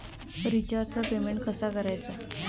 रिचार्जचा पेमेंट कसा करायचा?